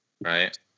Right